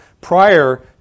prior